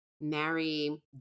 marry